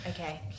Okay